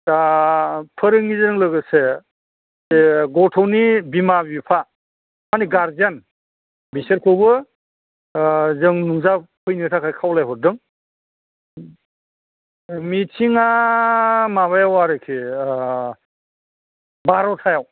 दा फोरोगिरिजों लोगोसे बे गथ'नि बिमा बिफा माने गारजेन बिसोरखौबो जों नुजाफैनो थाखाय खावलायहरदों मिथिंआ माबायाव आरोखि बार'थायाव